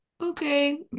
okay